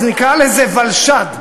אז נקרא לזה ולש"ד,